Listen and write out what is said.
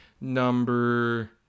number